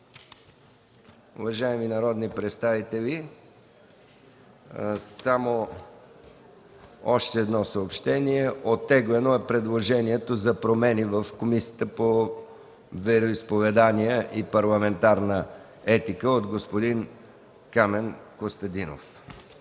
Уважаеми народни представители, още едно съобщение – оттеглено е предложението за промени в Комисията по вероизповедания и парламентарна етика от господин Камен Костадинов.